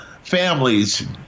families